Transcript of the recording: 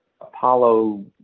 Apollo